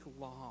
long